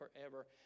forever